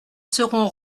seront